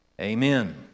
Amen